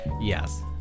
Yes